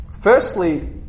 Firstly